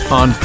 on